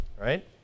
right